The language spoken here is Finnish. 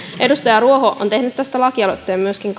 edustaja ruoho on tehnyt tästä myöskin